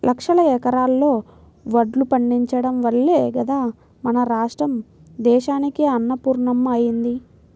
లక్షల ఎకరాల్లో వడ్లు పండించడం వల్లే గదా మన రాష్ట్రం దేశానికే అన్నపూర్ణమ్మ అయ్యింది